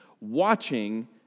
watching